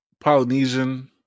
Polynesian